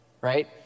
right